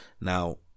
now